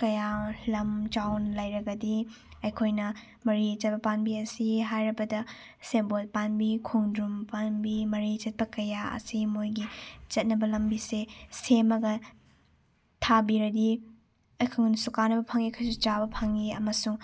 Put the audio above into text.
ꯀꯌꯥ ꯂꯝ ꯆꯥꯎꯅ ꯂꯩꯔꯕꯗꯤ ꯑꯩꯈꯣꯏꯅ ꯃꯔꯤ ꯆꯠꯄ ꯄꯥꯝꯕꯤ ꯑꯁꯤ ꯍꯥꯏꯔꯕꯗ ꯁꯦꯕꯣꯠ ꯄꯥꯝꯕꯤ ꯈꯣꯡꯗ꯭ꯔꯨꯝ ꯄꯥꯝꯕꯤ ꯃꯔꯤ ꯆꯠꯄ ꯀꯌꯥ ꯑꯁꯤ ꯃꯣꯏꯒꯤ ꯆꯠꯅꯕ ꯂꯝꯕꯤꯁꯦ ꯁꯦꯝꯂꯒ ꯊꯥꯕꯤꯔꯗꯤ ꯑꯩꯈꯣꯏꯅꯁꯨ ꯀꯥꯟꯅꯕ ꯐꯪꯏ ꯑꯩꯈꯣꯏꯁꯨ ꯆꯥꯕ ꯐꯪꯏ ꯑꯃꯁꯨꯡ